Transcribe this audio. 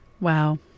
Wow